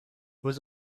was